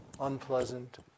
unpleasant